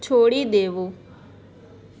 છોડી દેવું